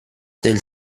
del